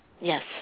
Yes